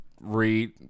read